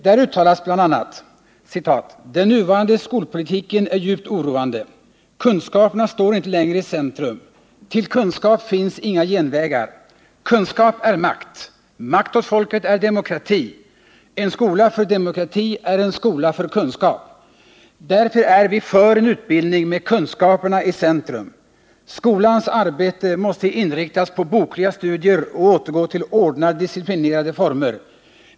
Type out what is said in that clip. Där uttalas bl.a.: ”Den nuvarande skolpolitiken är djupt oroande. Kunskaperna står inte längre i centrum. Till kunskap finns inga genvägar. Kunskap är makt. Makt åt folket är demokrati. En skola för demokrati är en skola för kunskap. Därför är vi för en utbildning med kunskaperna i centrum. Skolans arbete måste inriktas på bokliga studier och återgå till ordnade disciplinerade former.